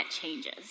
changes